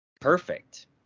perfect